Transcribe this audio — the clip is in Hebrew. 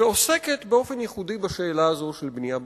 ועוסקת באופן ייחודי בשאלת הבנייה בחופים.